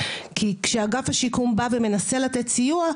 כי כשאגף השיקום בא ומנסה לתת סיוע,